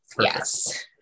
Yes